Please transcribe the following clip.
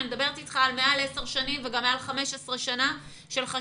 אני מדברת אתך על מעל 10 שנים וגם מעל